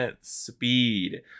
speed